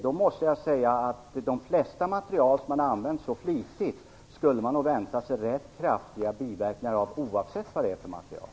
Då måste jag säga att de flesta material som använts så flitigt skulle ha kunnat ge rätt kraftiga biverkningar, oavsett vad det är för material.